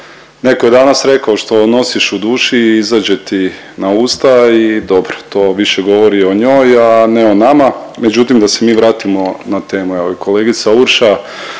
neko je danas rekao što nosiš u duši izađe ti na usta i dobro, to više govori o njoj, a ne o nama. Međutim, da se mi vratimo na temu, evo i kolegica Urša